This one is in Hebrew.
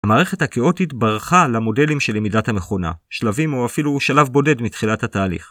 ‫המערכת הכאוטית ברחה למודלים של ‫למידת המכונה, שלבים או אפילו שלב בודד מתחילת התהליך.